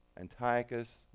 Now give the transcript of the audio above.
Antiochus